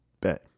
Bet